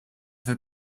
for